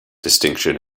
distinction